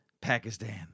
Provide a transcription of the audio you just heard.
Pakistan